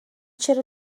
چرا